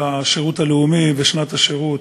של השירות הלאומי ושנת השירות,